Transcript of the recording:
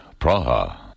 Praha